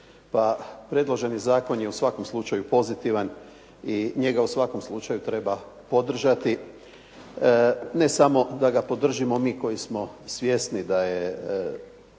pa predloženi zakon je u svakom slučaju pozitivan i njega u svakom slučaju treba podržati. Ne samo da ga podržimo mi koji smo svjesni da je